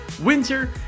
winter